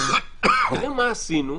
תראו מה עשינו,